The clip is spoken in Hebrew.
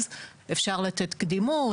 אפשר יהיה לתת קדימות.